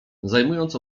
zajmując